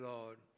Lord